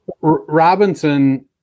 Robinson